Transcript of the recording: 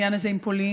מהעניין הזה עם פולין.